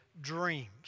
dreams